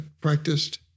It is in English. practiced